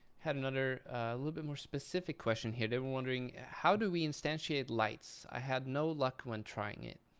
had another little bit more specific question here. they were wondering, how do we instantiate lights? i had no luck when trying it.